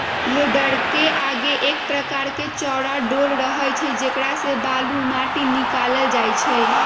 लोडरके आगे एक प्रकार के चौरा डोल रहै छइ जेकरा से बालू, माटि निकालल जाइ छइ